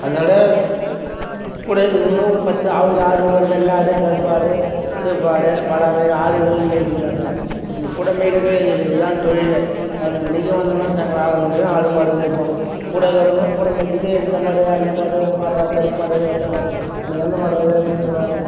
அதோடு கூட இருக்கவங்க ஒரு பத்து அவங்க ஆடு ஒரு வெள்ளை ஆடு கருப்பு ஆடு சிவப்பு ஆடு பலவகை ஆடுகள் மேய்க்கிறாங்க எங்க கூட மேய்க்கிறவைங்க இது தான் தொழிலே பதினோரு மணிக்கு வந்தோமுன்னா சாயங்காலம் ஆறு மணி வரையும் ஆடு மாடு மேய்ப்போம் கூட இருக்கிறவங்களும் கூட மேய்ச்சிட்டே இந்த மாடு அந்த மாடு வேறு கருப்பு மாடு வெள்ளை மாடு உனக்கு எந்த மாட்ர வேணும்னு சொல்வாங்க